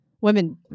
Women